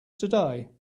today